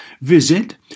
Visit